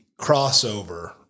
crossover